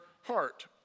heart